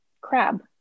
Crab